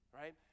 right